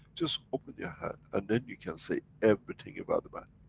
just open your hand and then you can say everything about the man.